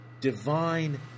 Divine